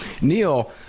Neil